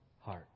heart